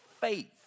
faith